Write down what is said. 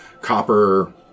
copper